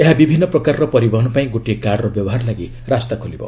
ଏହା ବିଭିନ୍ନ ପ୍ରକାରର ପରିବହନ ପାଇଁ ଗୋଟିଏ କାର୍ଡର ବ୍ୟବହାର ଲାଗି ରାସ୍ତା ଖୋଲିବ